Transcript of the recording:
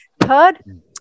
Third